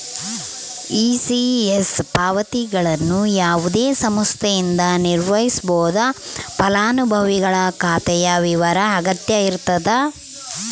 ECS ಪಾವತಿಗಳನ್ನು ಯಾವುದೇ ಸಂಸ್ಥೆಯಿಂದ ನಿರ್ವಹಿಸ್ಬೋದು ಫಲಾನುಭವಿಗಳ ಖಾತೆಯ ವಿವರ ಅಗತ್ಯ ಇರತದ